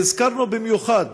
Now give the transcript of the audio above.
והזכרנו במיוחד